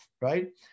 right